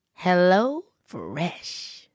HelloFresh